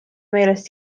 meelest